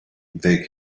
they